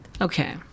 Okay